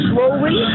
Slowly